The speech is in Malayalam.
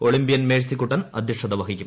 ഒളിമ്പൃൻ മേഴ്സി കുട്ടൻ അധ്യക്ഷത വഹിക്കും